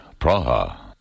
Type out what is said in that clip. Praha